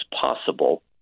possible